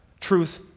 Truth